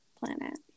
Planet